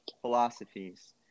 philosophies